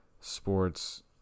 sports